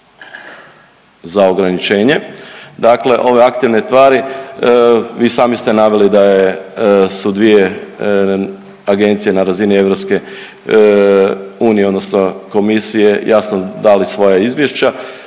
za ograničenje dakle ove aktivne tvari. Vi sami ste naveli da je su dvije agencije na razni EU odnosno komisije jasno dali svoja izvješća,